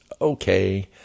okay